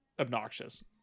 obnoxious